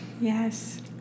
Yes